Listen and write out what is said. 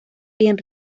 bien